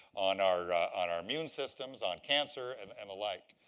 on our on our immune systems, on cancer, and and the like.